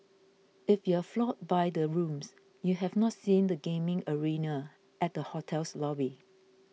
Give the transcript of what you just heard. if you're floored by the rooms you have not seen the gaming arena at the hotel's lobby